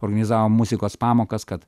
organizavom muzikos pamokas kad